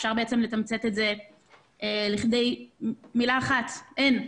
אפשר לתמצת את זה לכדי מילה אחת והיא שאין,